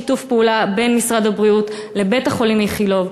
שיתוף פעולה בין משרד הבריאות לבית-החולים איכילוב.